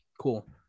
cool